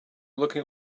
looking